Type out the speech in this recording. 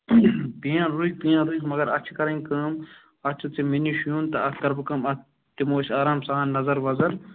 PAN رُکہِ پین رُکہِ مگر اَتھ چھِ کَرٕنۍ کٲم اَتھ چھُتھ ژےٚ مےٚ نِش یُن تہٕ اَتھ کَرٕ بہٕ کٲم اَتھ دِمو أسۍ آرام سان نظر وَظر